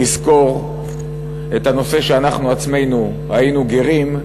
נזכור שאנחנו עצמנו היינו גרים,